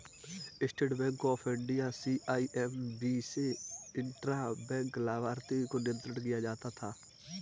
state Bank of India CIMB से intra bank लाभार्थी को नियंत्रण किया जाता है